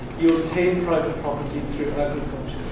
you retain private property through